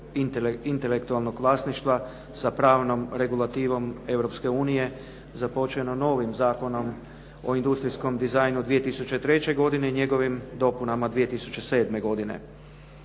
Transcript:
intelektualnog vlasništva sa pravnom regulativom Europske unije započeno novim Zakonom o industrijskom dizajnu 2003. godine i njegovim dopunama 2007. godine.